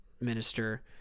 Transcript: minister